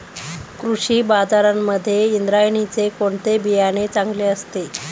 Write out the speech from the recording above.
कृषी बाजारांमध्ये इंद्रायणीचे कोणते बियाणे चांगले असते?